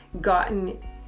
gotten